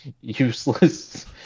Useless